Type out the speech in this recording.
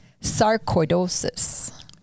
Sarcoidosis